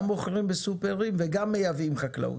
גם מוכרים בסופרמרקטים וגם מייבאים חקלאות,